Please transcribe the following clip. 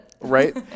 Right